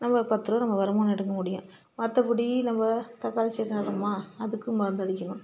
நம்ம பத்துரூபா நம்ம வருமானம் எடுக்க முடியும் மற்றபடி நம்ப தக்காளி செடி நடுறோமா அதுக்கு மருந்தடிக்கணும்